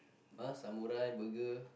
!huh! samurai burger